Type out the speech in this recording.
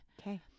okay